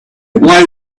why